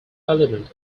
element